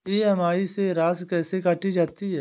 EMI में राशि कैसे काटी जाती है?